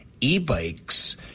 e-bikes